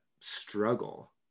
struggle